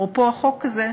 אפרופו החוק הזה,